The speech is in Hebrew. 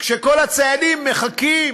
כשכל הציידים מחכים